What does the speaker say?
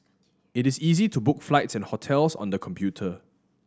it is easy to book flights and hotels on the computer